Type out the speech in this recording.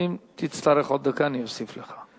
ואם תצטרך עוד דקה, אני אוסיף לך.